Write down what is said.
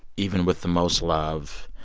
even with the most love,